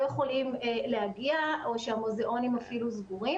יכולים להגיע או שהמוזיאונים אפילו סגורים.